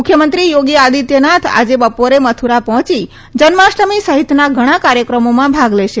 મુખ્યમંત્રી યોગી આદિત્યનાથ આજે બપોરે મથુરા પહોંચી જન્માષ્ટમી સહિતના ઘણા કાર્યક્રમોમાં ભાગ લેશે